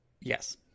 Yes